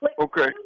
Okay